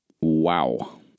wow